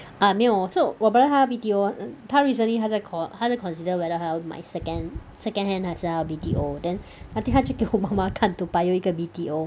ah 没有 so 我 brother 他 B_T_O 他 recently 他在 con~ 他在 consider whether 他要买 second second-hand 还是要 B_T_O then I think 他去给我妈妈看 Toa Payoh 一个 B_T_O